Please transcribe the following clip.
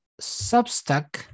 substack